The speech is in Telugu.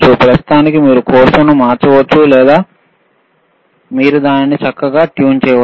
ప్రస్తుతానికి మీరు కోర్సును మార్చవచ్చులేదా మీరు దాన్ని చక్కగా ట్యూన్ చేయవచ్చు